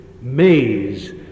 maze